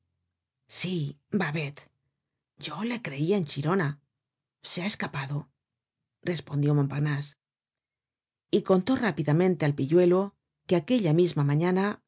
sí babet yo le creia en chirona se ha escapado respondió montparnase y contó rápidamente al pilludo que aquella misma mañana